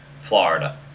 Florida